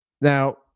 Now